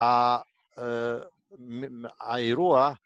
‫האירוע...